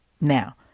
Now